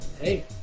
hey